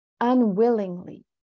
unwillingly